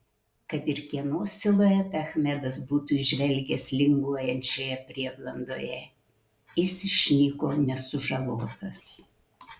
kad ir kieno siluetą achmedas būtų įžvelgęs linguojančioje prieblandoje jis išnyko nesužalotas